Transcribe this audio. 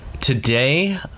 Today